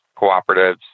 cooperatives